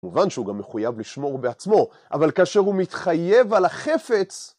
מובן שהוא גם מחויב לשמור בעצמו, אבל כאשר הוא מתחייב על החפץ...